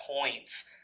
points